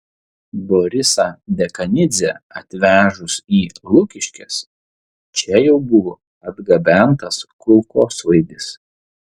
borisą dekanidzę atvežus į lukiškes čia jau buvo atgabentas kulkosvaidis